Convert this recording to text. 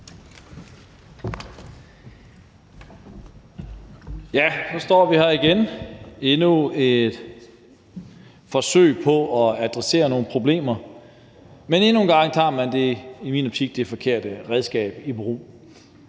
Ja, så står vi her igen med endnu et forsøg på at adressere nogle problemer, men endnu en gang tager man i min optik det forkerte redskab i brug,